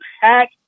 pack